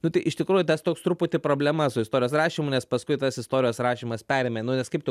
nu tai iš tikrųjų tas toks truputį problema su istorijos rašymu nes paskui tas istorijos rašymas perėmė nu nes kaip tu